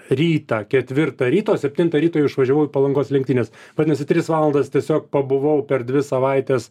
rytą ketvirtą ryto septintą ryto išvažiavau į palangos lenktynes vadinasi tris valandas tiesiog pabuvau per dvi savaites